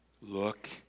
Look